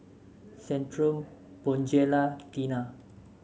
Centrum Bonjela Tena